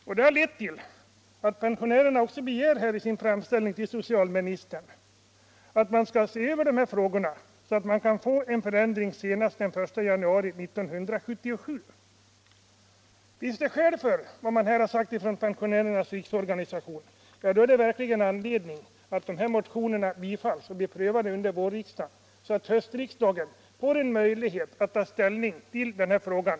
Detta har lett till att pensionärerna i sin framställning till socialministern begär att man skall se över dessa saker, så att det kan bli en ändring senast den 1 januari 1977. Finns det skäl för vad Pensionärernas riksorganisation här sagt — ja, då är det verkligen anledning för riksdagen att bifalla motionerna nu i vår, så att riksdagen i höst får en möjlighet att ta ställning till frågan.